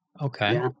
Okay